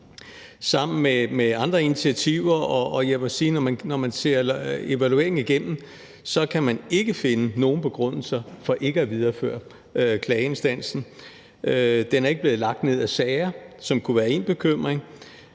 sammen med andre initiativer blevet evalueret, og jeg må sige, at når man ser evalueringen igennem, kan man ikke finde nogen begrundelse for ikke at videreføre klageinstansen. Den er ikke blevet lagt ned af sager. Det kunne være én bekymring.